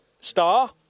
star